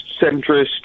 centrist